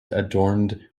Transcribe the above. adorned